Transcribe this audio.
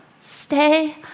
stay